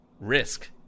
risk